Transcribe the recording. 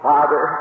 Father